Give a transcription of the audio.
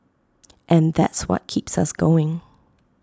and that's what keeps us going